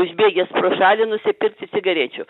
užbėgęs pro šalį nusipirkti cigarečių